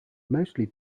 mostly